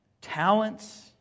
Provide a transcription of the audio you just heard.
Talents